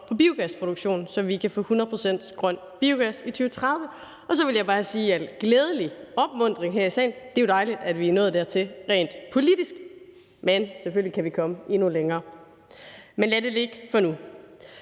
på biogasproduktionen, så vi kan få 100 pct. grøn biogas i 2030, og så vil jeg bare sige til glædelig opmuntring her i salen, at det jo er dejligt, at vi er nået dertil rent politisk, men selvfølgelig kan vi komme endnu længere. Men lad det ligge for nu.